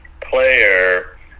player